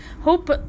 hope